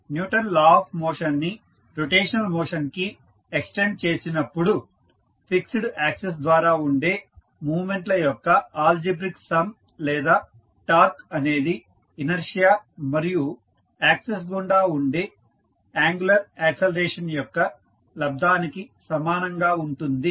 Newton law of motion ని rotational motion కి extend చేసినప్పుడు ఫిక్స్డ్ యాక్సిస్ ద్వారా ఉండే మూవ్మెంట్ ల యొక్క అల్జీబ్రిక్ సమ్ లేదా టార్క్ అనేది ఇనర్షియా మరియు యాక్సిస్ గుండా ఉండే యాంగులర్ యాక్సిలరేషన్ యొక్క లబ్దానికి సమానంగా ఉంటుంది